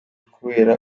kubera